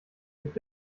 gibt